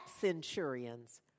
centurion's